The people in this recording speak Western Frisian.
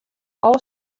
alle